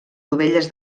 dovelles